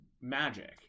magic